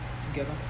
together